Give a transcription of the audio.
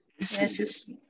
Yes